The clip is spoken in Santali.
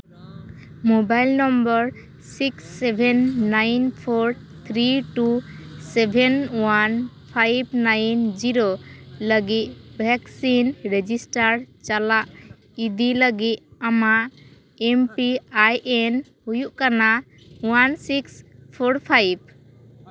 mobile number six seven nine four three two seven one five nine zero ᱞᱟᱹᱜᱤᱫ ᱵᱷᱮᱠᱥᱤᱱ ᱨᱮᱡᱤᱥᱴᱟᱨ ᱪᱟᱞᱟᱜ ᱤᱫᱤ ᱞᱟᱹᱜᱤᱫ ᱟᱢᱟᱜ ᱮᱢ ᱯᱤ ᱟᱭ ᱮᱱ ᱦᱩᱭᱩᱜ ᱠᱟᱱᱟ ᱳᱣᱟᱱ ᱥᱤᱠᱥ ᱯᱷᱳᱨ ᱯᱷᱟᱭᱤᱵᱷ